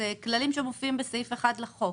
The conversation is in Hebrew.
זה כללים שמופיעים בסעיף 1 לחוק.